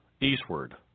eastward